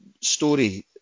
story